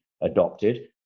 adopted